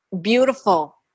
beautiful